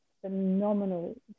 phenomenal